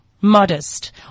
modest